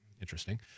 Interesting